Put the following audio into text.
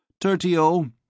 Tertio